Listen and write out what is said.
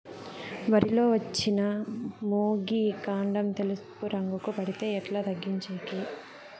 వరి లో వచ్చిన మొగి, కాండం తెలుసు పురుగుకు పడితే ఎట్లా తగ్గించేకి?